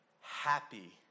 happy